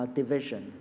division，